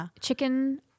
chicken